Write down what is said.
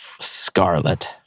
Scarlet